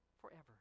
forever